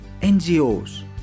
NGOs